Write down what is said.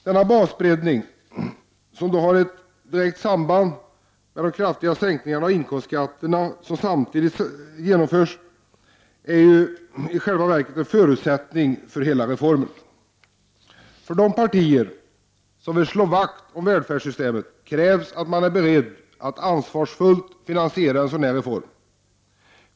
Denna breddning av basen, som har direkt samband med de kraftiga sänkningarna av inkomstskatterna som samtidigt genomförs, är ju i själva verket en förutsättning för hela reformen. Av de partier som vill slå vakt om välfärdssystemet krävs att de är beredda att ansvarsfullt finansiera en sådan här reform.